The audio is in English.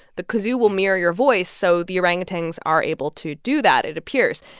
the kazoo will mirror your voice. so the orangutans are able to do that, it appears.